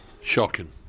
Shocking